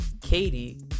Katie